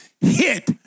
hit